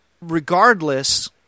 regardless